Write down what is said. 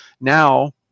now